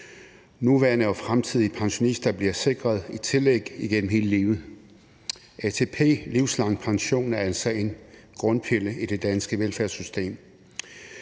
Nuværende og fremtidige pensionister bliver sikret et tillæg igennem hele livet. ATP Livslang Pension er altså en grundpille i det danske velfærdssystem.